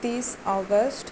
तीस ऑगस्ट